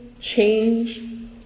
change